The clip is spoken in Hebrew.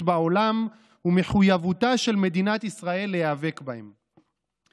בעולם ומחויבותה של מדינת ישראל להיאבק בהם".